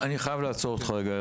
אני חייב לעצור אותך רגע.